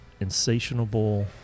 insatiable